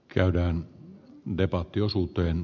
käydään debattiosuuteen